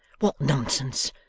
what nonsense.